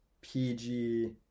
PG